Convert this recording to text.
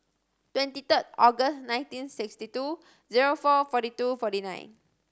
twenty third August nineteen sixty two zero four forty two forty nine